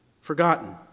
Forgotten